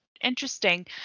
interesting